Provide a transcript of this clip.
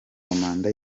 manda